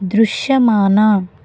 దృశ్యమాన